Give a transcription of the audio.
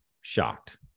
shocked